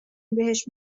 بهش